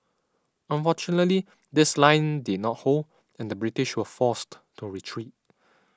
unfortunately this line did not hold and the British were forced to retreat